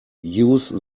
use